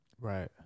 Right